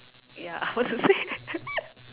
ya I want to say